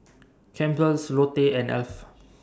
Campbell's Lotte and Alf